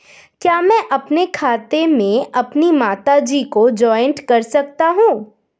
क्या मैं अपने खाते में अपनी माता जी को जॉइंट कर सकता हूँ?